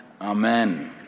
amen